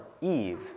Eve